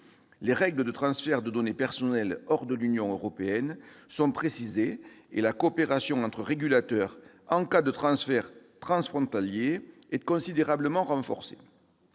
Les règles de transfert des données personnelles hors de l'Union européenne sont précisées et la coopération entre régulateurs en cas de transferts transfrontaliers est considérablement renforcée.